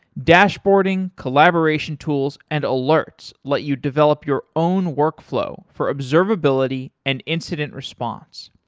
dashboarding, collaboration tools and alerts let you develop your own workflow for observability and incident response.